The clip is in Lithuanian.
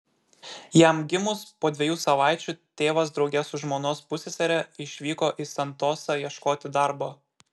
jam gimus po dviejų savaičių tėvas drauge su žmonos pussesere išvyko į santosą ieškoti darbo